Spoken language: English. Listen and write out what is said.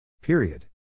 Period